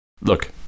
Look